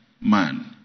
man